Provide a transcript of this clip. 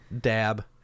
dab